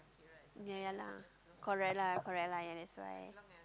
ya ya lah correct lah correct lah ya that's why